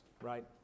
Right